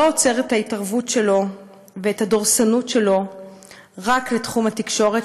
לא עוצר את ההתערבות שלו ואת הדורסנות שלו בתחום התקשורת,